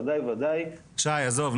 עזוב,